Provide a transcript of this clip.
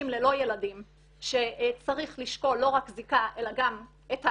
ללא ילדים שצריך לשקול לא רק זיקה אלא גם את האלימות,